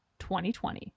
2020